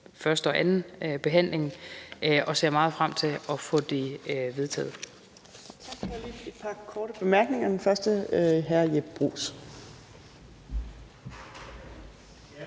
første og anden behandling og ser meget frem til at få det vedtaget.